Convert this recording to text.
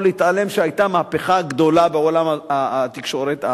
לא יכול להתעלם מכך שהיתה מהפכה גדולה בעולם התקשורת אז,